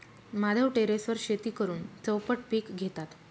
माधव टेरेसवर शेती करून चौपट पीक घेतात